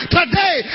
today